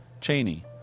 Cheney